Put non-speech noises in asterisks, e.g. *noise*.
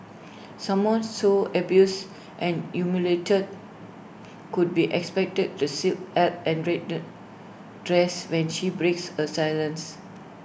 someone so abused and humiliated could be expected to seek help and *unintelligible* dress when she breaks her silence